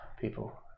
people